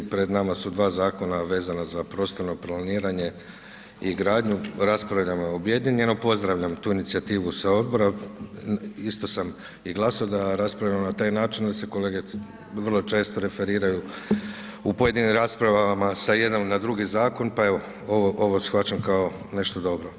Pred nama su dva Zakona vezana za prostorno planiranje i gradnju, rasprava nam je objedinjena, pozdravljam tu inicijativu sa Odbora, isto sam i glasao da raspravljamo na taj način, onda se kolege vrlo često referiraju u pojedinim raspravama sa jedan na drugi Zakon, pa evo ovo shvaćam kao nešto dobro.